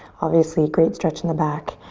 obviously great stretch in the back.